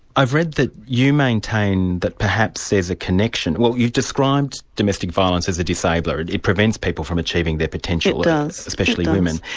i've read that you maintain that perhaps there's a connection well you've described domestic violence as a disabler, it prevents people form achieving their potential, especially women.